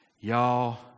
Y'all